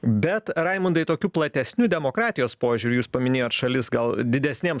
bet raimundai tokiu platesniu demokratijos požiūriu jūs paminėjot šalis gal didesnėm